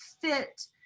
fit